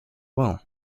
well